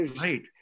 Right